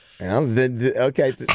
Okay